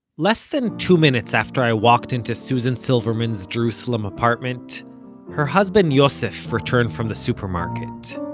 less than two minutes after i walked into susan silverman's jerusalem apartment her husband, yosef, returned from the supermarket